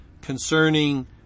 concerning